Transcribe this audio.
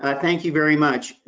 ah thank you very much.